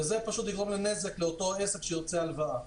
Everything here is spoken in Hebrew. וזה יגרום לנזק לאותו עסק שירצה הלוואה.